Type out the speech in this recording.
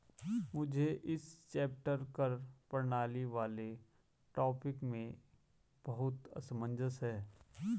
मुझे इस चैप्टर कर प्रणाली वाले टॉपिक में बहुत असमंजस है